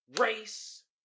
race